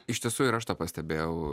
iš tiesų ir aš tą pastebėjau